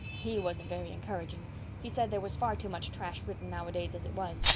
he wasn't very encouraging he said there was far too much trash written nowadays as it was,